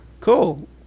Cool